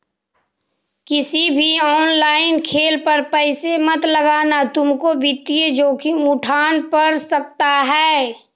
किसी भी ऑनलाइन खेल पर पैसे मत लगाना तुमको वित्तीय जोखिम उठान पड़ सकता है